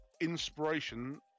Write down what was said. inspiration